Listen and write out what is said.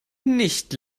nicht